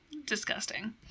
Disgusting